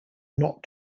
not